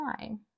time